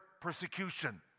persecution